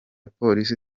polisi